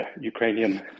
Ukrainian